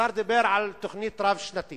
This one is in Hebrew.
השר דיבר על תוכנית רב-שנתית,